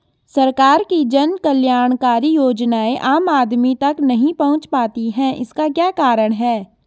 सरकार की जन कल्याणकारी योजनाएँ आम आदमी तक नहीं पहुंच पाती हैं इसका क्या कारण है?